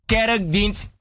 Kerkdienst